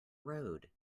road